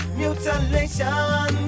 mutilation